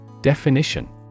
Definition